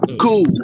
cool